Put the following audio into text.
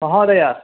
महोदय